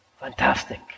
Fantastic